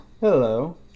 Hello